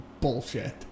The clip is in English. bullshit